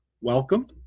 Welcome